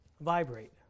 vibrate